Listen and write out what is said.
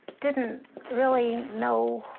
didn't really know